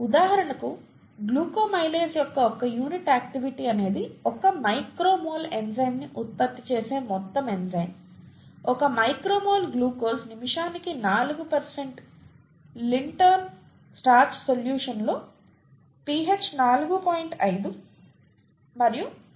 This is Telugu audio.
ఉదాహరణకు గ్లూకోమైలేస్ యొక్క ఒక యూనిట్ యాక్టివిటీ అనేది 1 మైక్రో మోల్ ఎంజైమ్ ని ఉత్పత్తి చేసే మొత్తం ఎంజైమ్ 1 మైక్రో మోల్ గ్లూకోజ్ నిమిషానికి 4 లింట్నర్ స్టార్చ్ సొల్యూషన్ లో pH 4